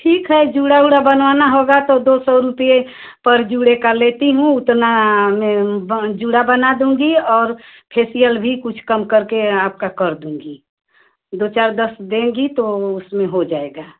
ठीक है जूड़ा उड़ा बनवाना होगा तो दो सौ रूपये पर जूड़े का लेती हूँ उतना में ब जूड़ा बना दूँगी और फेसिअल भी कुछ कम करके आपका कर दूँगी दो चार दस देंगी तो उसमें हो जाएगा